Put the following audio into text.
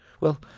Well